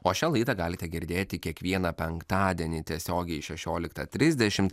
o šią laidą galite girdėti kiekvieną penktadienį tiesiogiai šešioliktą trisdešimt